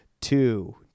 Two